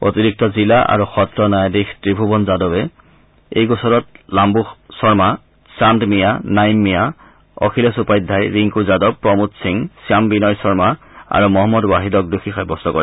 অতিৰিক্ত জিলা আৰু সত্ৰ ন্যায়াধীশ ত্ৰিভূৱন যাদৱে এই গোচৰত লাম্বু শৰ্মা চান্দ মিঞা নাঈম মিঞা অখিলেশ উপাধ্যায় ৰিংকু যাদৱ প্ৰমোদ সিং শ্যাম বিনয় শৰ্মা আৰু মহম্মদ ৱাহিদক দোষী সাব্যস্ত কৰে